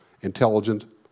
Intelligent